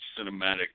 cinematic